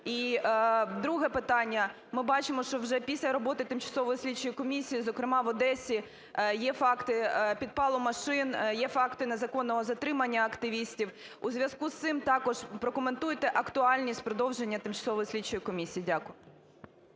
І друге питання. Ми бачимо, що вже після роботи Тимчасової слідчої комісії, зокрема в Одесі, є факти підпалу машин, є факти незаконного затримання активістів. У зв'язку з цим також прокоментуйте актуальність продовження Тимчасової слідчої комісії. Дякую.